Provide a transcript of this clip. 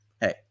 hey